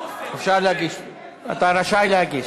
תודה רבה.